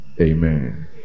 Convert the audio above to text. Amen